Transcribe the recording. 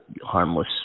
harmless